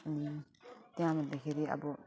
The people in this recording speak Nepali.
अनि त्यहाँ भन्दाखेरि अब